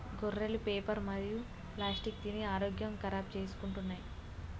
గొర్రెలు పేపరు మరియు ప్లాస్టిక్ తిని ఆరోగ్యం ఖరాబ్ చేసుకుంటున్నయ్